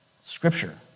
scripture